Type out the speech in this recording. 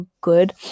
good